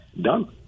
done